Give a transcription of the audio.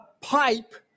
pipe